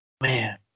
Man